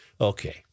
Okay